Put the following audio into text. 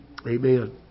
Amen